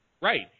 Right